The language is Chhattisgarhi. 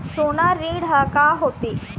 सोना ऋण हा का होते?